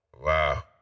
Wow